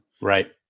right